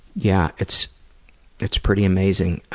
yeah, it's it's pretty amazing.